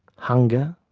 hunger.